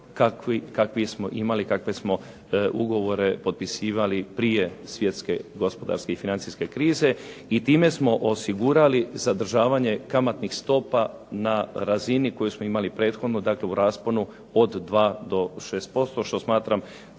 kakve smo imali kakve smo ugovore potpisivali prije svjetske gospodarske i financijske krize. I time smo osigurali zadržavanje kamatnih stopa na razini koje smo imali prethodno, dakle u rasponu od 2 do 6% što smatram